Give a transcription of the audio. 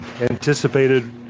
anticipated